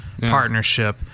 partnership